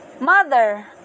mother